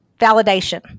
validation